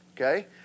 Okay